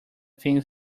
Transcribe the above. things